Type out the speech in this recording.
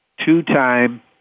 two-time